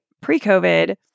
pre-COVID